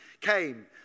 came